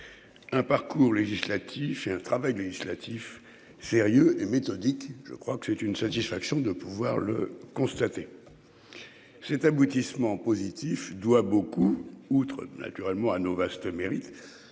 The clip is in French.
Un parcours législatif et un travail législatif sérieux et méthodique. Je crois que c'est une satisfaction de pouvoir le constater. Cet aboutissement positif doit beaucoup outre naturellement à nos vastes mérite